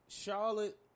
Charlotte